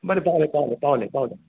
बरें पावलें पावलें पावलें पावलें